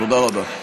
תודה רבה.